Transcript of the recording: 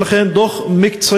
ולכן הוא דוח מקצועי,